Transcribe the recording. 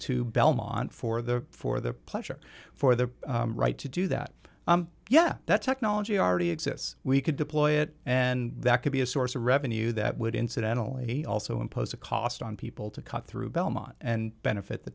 to belmont for the for the pleasure for the right to do that yeah that's technology already exists we could deploy it and that could be a source of revenue that would incidentally also impose a cost on people to cut through belmont and benefit the